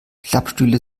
klappstühle